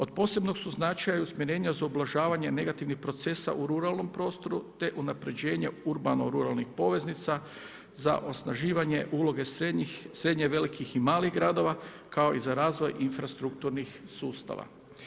Od posebnog su značaja i usmjerenja za ublažavanje negativnih procesa u ruralnom prostoru te unapređenje urbano ruralnih poveznica za osnaživanje uloge srednje velikih i malih gradova kao i za razvoj infrastrukturnih sustava.